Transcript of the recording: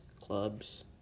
clubs